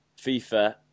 fifa